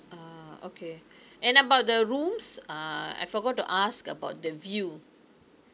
ah okay and about the rooms uh I forgot to ask about the view